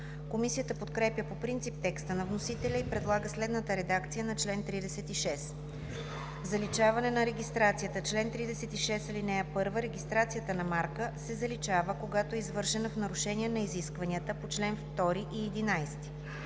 Комисията подкрепя по принцип текста на вносителя и предлага следната редакция на чл. 36: „Заличаване на регистрацията Чл. 36. (1) Регистрацията на марка се заличава, когато е извършена в нарушение на изискванията по чл. 2 и 11.